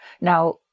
Now